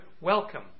welcome